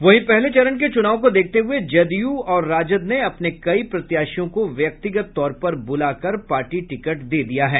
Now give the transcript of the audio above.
वहीं पहले चरण के चुनाव को देखते हुए जदयू और राजद ने अपने कई प्रत्याशियों को व्यक्तिगत तौर पर बुलाकर पार्टी टिकट दे दिये हैं